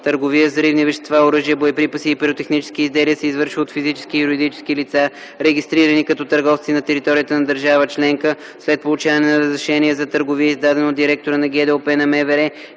Търговия с взривни вещества, оръжия, боеприпаси и пиротехнически изделия се извършва от физически и юридически лица, регистрирани като търговци на територията на държава членка, след получаване на разрешение за търговия, издадено от директора на ГДОП на МВР